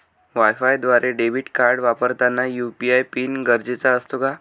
वायफायद्वारे debit card वापरताना UPI PIN गरजेचा असतो का?